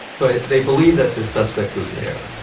but they believed that the suspect was there.